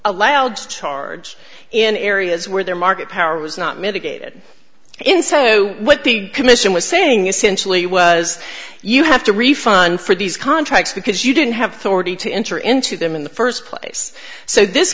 allowed to charge in areas where their market power was not mitigated in so what the commission was saying essentially was you have to refund for these contracts because you didn't have to enter into them in the first place so this